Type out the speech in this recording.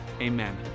Amen